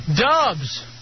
Dubs